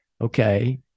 okay